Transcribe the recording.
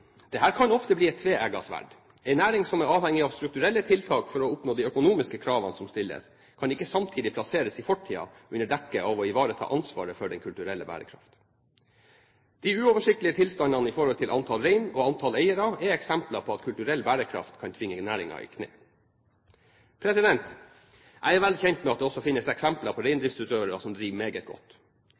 er her med på å forsterke problemene heller enn å løse dem. Kulturell bærekraft innebærer at det samiske skal prege næringen. Dette kan ofte bli et tveegget sverd. En næring som er avhengig av strukturelle tiltak for å oppnå de økonomiske kravene som stilles, kan ikke samtidig plasseres i fortiden under dekke av å ivareta ansvaret for den kulturelle bærekraft. De uoversiktlige tilstandene når det gjelder antall rein og antall eiere, er eksempler på at kulturell bærekraft kan tvinge næringen i kne. Jeg er vel kjent med at det